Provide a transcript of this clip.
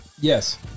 yes